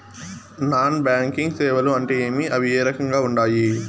non banking సేవలు అంటే ఏమి అవి ఏ రకంగా ఉండాయి